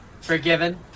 Forgiven